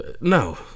no